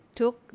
took